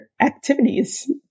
activities